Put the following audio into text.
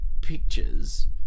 pictures